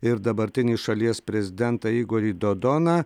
ir dabartinį šalies prezidentą igorį dodoną